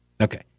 Okay